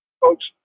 folks